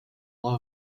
law